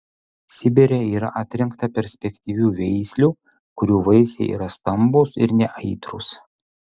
sibire yra atrinkta perspektyvių veislių kurių vaisiai yra stambūs ir neaitrūs